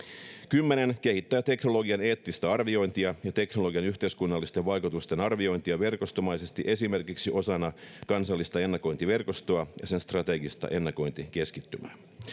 kymmenen kehittää teknologian eettistä arviointia ja teknologian yhteiskunnallisten vaikutusten arviointia verkostomaisesti esimerkiksi osana kansallista ennakointiverkostoa ja sen strategisia ennakointikeskittymiä